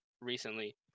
recently